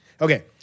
Okay